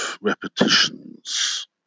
repetitions